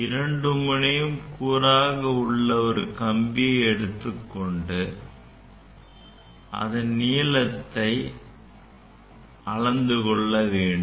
இரண்டு முனையும் கூறாக உள்ள ஒரு கம்பியை எடுத்துக்கொண்டு அதன் நீளத்தையும் அளவினை கொண்டு அளந்து கொள்ள வேண்டும்